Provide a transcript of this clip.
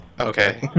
Okay